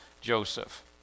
Joseph